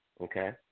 okay